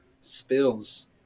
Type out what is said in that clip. spills